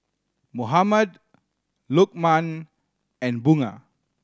Muhammad Lokman and Bunga